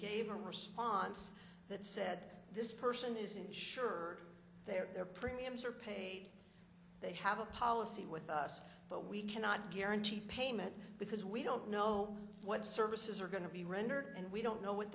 gave a response that said this person is insured their premiums are paid they have a policy with us but we cannot guarantee payment because we don't know what services are going to be rendered and we don't know what